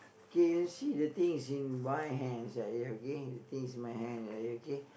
K actually the thing is in my hands uh okay the thing is in my hands uh okay